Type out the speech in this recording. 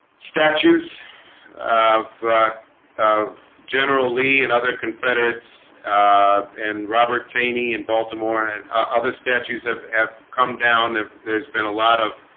statues of of general lee and other confederates and robert taney in baltimore and other statues have have come down. there's been a lot of